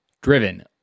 Driven